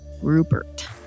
Rupert